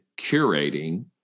curating